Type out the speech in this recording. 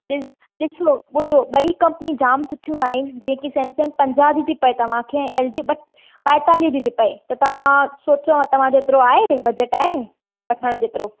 ॾिस ॾिसो ॿुधो ॿई कंपनी जाम सुठियूं आहिनि जेके सेमसंग पंजाह जी थी पए तव्हांखे एल जी ॿाएतालीह जी थी पए त तव्हां सोचो आहे तव्हां जेतिरो आहे बजट आहे असांजे जेतिरो